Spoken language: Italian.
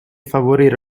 favorire